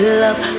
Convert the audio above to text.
love